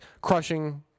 crushing